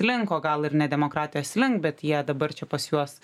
link o gal ir ne demokratijos link bet jie dabar čia pas juos